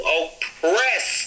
oppress